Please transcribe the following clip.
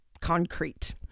concrete